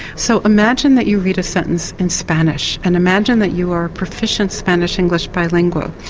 so imagine that you read a sentence in spanish and imagine that you are a proficient spanish english bilingual,